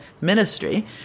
ministry